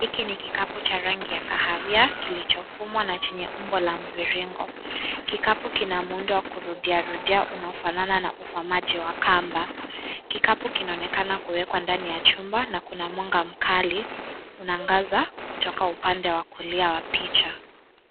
Hiki ni kikapu cha rangi ya kahawia kilichofungwa na chenye umbo wa mviringo, kikapu kina muundo wa kurudia rudia unaofanana ufamaji wa kamba, kikapu kinaonekana kuwekwa ndani ya chumba na kuna mwanga mkali unaangaza kutoka upande wa kulia wa picha.